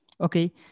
Okay